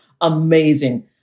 amazing